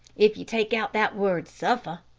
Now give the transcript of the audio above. if you take out that word suffer.